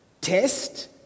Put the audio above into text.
test